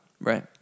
Right